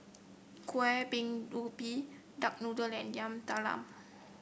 Kueh Bingka Ubi Duck Noodle and Yam Talam